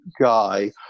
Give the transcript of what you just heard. guy